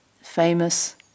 famous